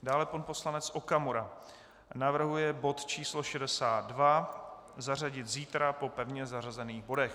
Dále pan poslanec Okamura navrhuje bod číslo 62 zařadit zítra po pevně zařazených bodech.